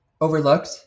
overlooked